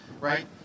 right